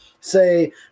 say